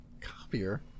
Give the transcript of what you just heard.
Copier